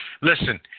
Listen